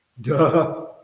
Duh